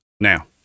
now